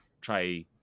try